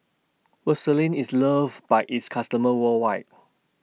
Vaselin IS loved By its customers worldwide